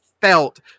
felt